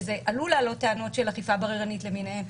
וזה עלול להעלות טענות על אכיפה בררנית למיניה.